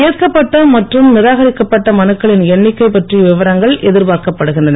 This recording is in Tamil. ஏற்கப்பட்ட மற்றும் நிராகரிக்கப்பட்ட மனுக்களின் எண்ணிக்கை பற்றிய விவரங்கள் எதிர்பார்க்கப்படுகின்றன